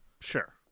Sure